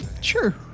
Sure